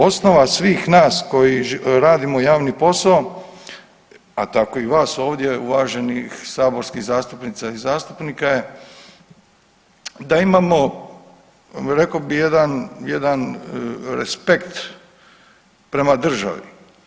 Osnova svih nas koji radimo javni posao, a tako i vas ovdje, uvaženi saborskih zastupnica i zastupnika je da imamo, rekao bih jedan, jedan respekt prema državi.